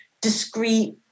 discrete